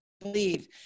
believe